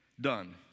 done